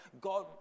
God